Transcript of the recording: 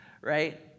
right